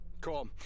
Cool